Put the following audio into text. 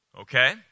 Okay